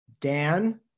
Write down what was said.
Dan